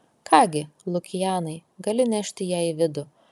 ką gi lukianai gali nešti ją į vidų